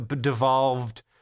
devolved